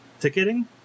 ticketing